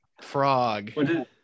frog